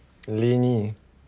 lenny